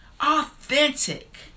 authentic